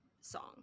song